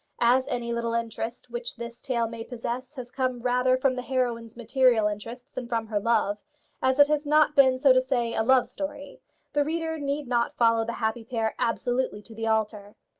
as any little interest which this tale may possess has come rather from the heroine's material interests than from her love as it has not been, so to say, a love story the reader need not follow the happy pair absolutely to the altar.